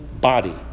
body